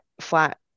flat